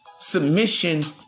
Submission